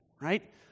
right